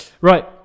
Right